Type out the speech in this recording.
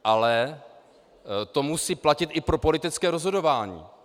Ale to musí platit i pro politické rozhodování.